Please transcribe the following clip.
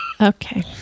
Okay